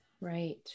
Right